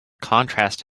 contrast